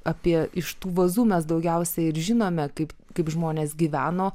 apie iš tų vazų mes daugiausiai ir žinome kaip kaip žmonės gyveno